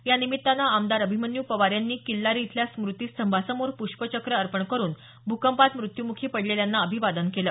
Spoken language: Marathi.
यानिमित्तानं आमदार अभिमन्यू पवार यांनी किल्लारी इथल्या स्मृती स्तंभासमोर पुष्पचक्र अर्पण करून भुंकपात मुत्यूमुखी पडलेल्यांना अभिवादन केलं